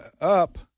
up